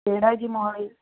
ਕਿਹੜਾ ਹੈ ਜੀ ਮੋਹਾਲੀ